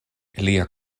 lia